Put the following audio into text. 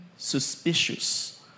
suspicious